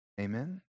Amen